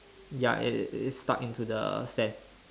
ya it it it is stuck into the sand